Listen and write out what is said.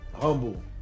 humble